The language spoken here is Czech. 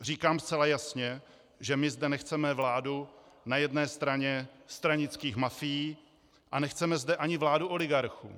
Říkám zcela jasně, že my zde nechceme vládu na jedné straně stranických mafií a nechceme zde ani vládu oligarchů.